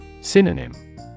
Synonym